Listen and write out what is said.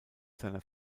seiner